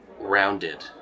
rounded